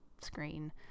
screen